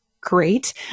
great